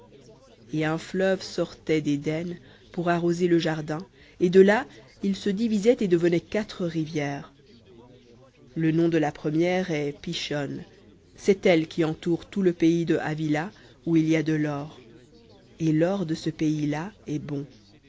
et un fleuve sortait d'éden pour arroser le jardin et de là il se divisait et devenait quatre rivières le nom de la première est pishon c'est elle qui entoure tout le pays de havila où il y a de lor et l'or de ce pays-là est bon